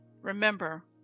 Remember